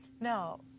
No